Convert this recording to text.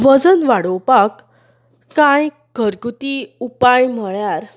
वजन वाडोवपाक कांय घरगुती उपाय म्हळ्यार